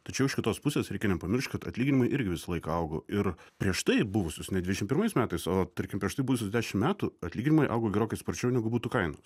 tačiau iš kitos pusės reikia nepamiršt kad atlyginimai irgi visą laiką augo ir prieš tai buvusius ne dvidešim pirmais metais o tarkim prieš tai buvusius dešim metų atlyginimai augo gerokai sparčiau negu butų kainos